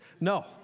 No